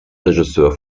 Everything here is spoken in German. regisseur